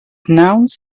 nouns